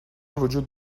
وجود